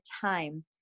time